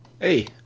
Hey